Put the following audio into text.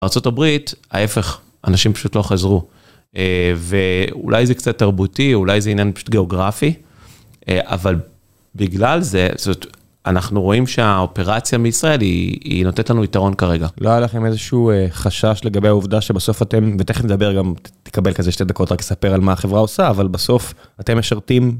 ארה״ב, ההפך, אנשים פשוט לא חזרו ואולי זה קצת תרבותי, אולי זה עניין פשוט גיאוגרפי, אבל בגלל זה, זאת, אנחנו רואים שהאופרציה מישראל היא נותנת לנו יתרון כרגע. לא היה לכם איזשהו חשש לגבי העובדה שבסוף אתם, ותכף נדבר גם, תקבל כזה שתי דקות רק לספר על מה החברה עושה, אבל בסוף אתם משרתים.